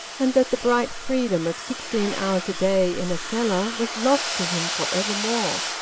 and that the bright freedom of sixteen hours a day in a cellar was lost to him for evermore.